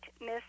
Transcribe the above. Miss